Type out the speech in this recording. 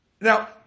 Now